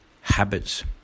habits